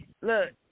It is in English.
Look